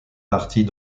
partie